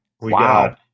Wow